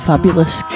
Fabulous